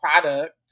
product